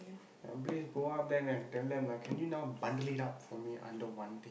and please go up then and tell them can you now bundle it up for me under one thing